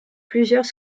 plusieurs